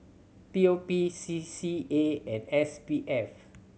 P O P C C A and S B F